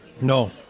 No